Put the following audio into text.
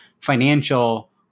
financial